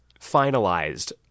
finalized